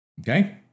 Okay